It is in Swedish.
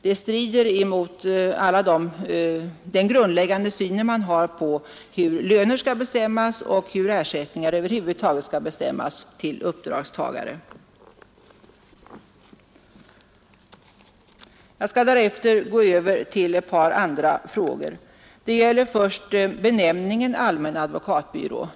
Det strider mot den grundläggande syn man har på hur löner skall bestämmas och hur ersättningar åt uppdragstagare över huvud taget skall fastställas. Jag skall därefter gå över till ett par andra frågor. Det gäller först benämningen allmänna advokatbyråer.